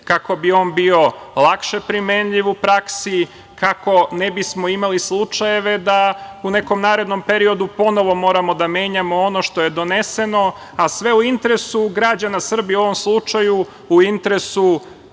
kako bi on bio lakše primenljiv u praksi, kako ne bismo imali slučajeve da u nekom narednom periodu ponovo moramo da menjamo ono što je doneseno a sve u interesu građana Srbije, u ovom slučaju u interesu